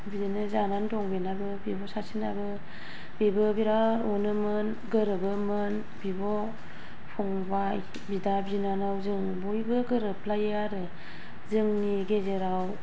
बेनाबो जानानै दं बेबो बिब' सासेनाबो बेबो बिराद अनोमोन गोरोबोमोन बिब' फंबाय बिदा बिनानाव जों बयबो गोरोबलायो आरो जोंनि गेजेराव